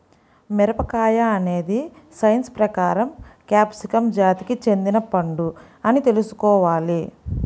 మిరపకాయ అనేది సైన్స్ ప్రకారం క్యాప్సికమ్ జాతికి చెందిన పండు అని తెల్సుకోవాలి